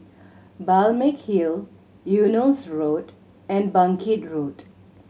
Balmeg Hill Eunos Road and Bangkit Road